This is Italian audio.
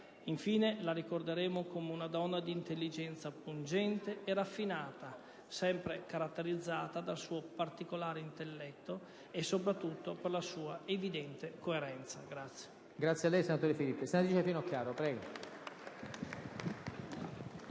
Infine, la ricorderemo come una donna di intelligenza pungente e raffinata, sempre caratterizzata dal suo particolare intelletto e soprattutto dalla sua evidente coerenza.